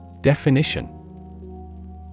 Definition